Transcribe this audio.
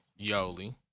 Yoli